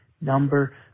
Number